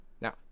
now